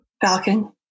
Falcon